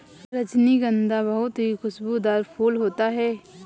रजनीगंधा बहुत ही खुशबूदार फूल होता है